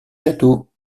château